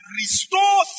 restore